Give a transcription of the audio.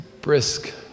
brisk